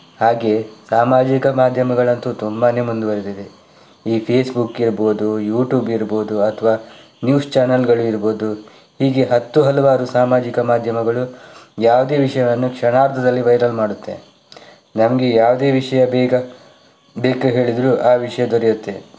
ಹಾಗೆ ಸಾಮಾಜಿಕ ಮಾಧ್ಯಮಗಳಂತೂ ತುಂಬಾನೇ ಮುಂದುವರೆದಿದೆ ಈ ಫೇಸ್ಬುಕ್ ಇರಬಹುದು ಯೂಟೂಬ್ ಇರಬಹುದು ಅಥವಾ ನ್ಯೂಸ್ ಚಾನೆಲ್ಗಳಿರಬಹುದು ಹೀಗೆ ಹತ್ತು ಹಲವಾರು ಸಾಮಾಜಿಕ ಮಾಧ್ಯಮಗಳು ಯಾವುದೇ ವಿಷಯವನ್ನು ಕ್ಷಣಾರ್ಧದಲ್ಲಿ ವೈರಲ್ ಮಾಡುತ್ತೆ ನಮಗೆ ಯಾವುದೇ ವಿಷಯ ಬೇಗ ಬೇಕು ಹೇಳಿದರೂ ಆ ವಿಷಯ ದೊರೆಯುತ್ತೆ